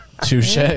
Touche